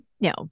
No